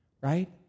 right